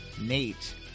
Nate